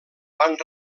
van